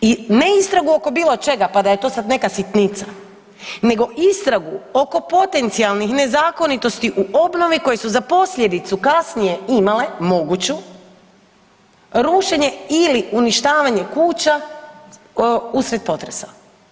I ne istragu oko bilo čega pa da je to sad neka sitnica, nego istragu oko potencijalnih nezakonitosti u obnovi koje su za posljedicu kasnije imale moguću rušenje ili uništavanje kuća usred potresa.